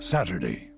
Saturday